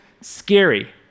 scary